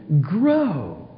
grow